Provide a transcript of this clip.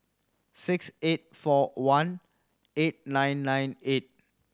six eight four one eight nine nine eight